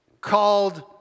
called